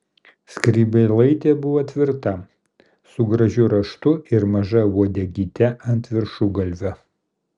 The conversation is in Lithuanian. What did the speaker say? skrybėlaitė buvo tvirta su gražiu raštu ir maža uodegyte ant viršugalvio